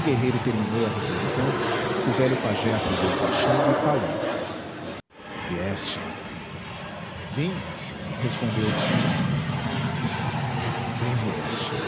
guerreiro terminou a refeição o velho pajé apagou o cachimbo e falou vieste vim respondeu o desconhecido bem vieste